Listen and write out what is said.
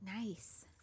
nice